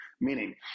Meaning